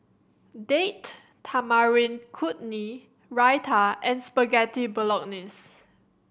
Date Tamarind Chutney Raita and Spaghetti Bolognese